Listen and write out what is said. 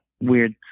weird